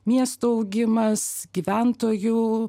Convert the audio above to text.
miestų augimas gyventojų